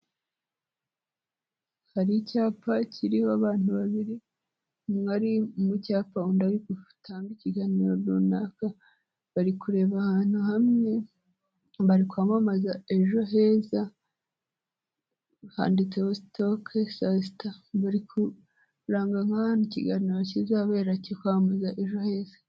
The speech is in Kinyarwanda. Hari icyapa kiriho abantu babiri, umwe ari mu cyapa, undi ari gutanga ikiganiro runaka, bari kureba ahantu hamwe, bari kwamamaza Ejo Heza, handitseho sitoke asita, bari kuranga nk'ahantu ikiganiro kizabera kiri kwamamaza ejo heza.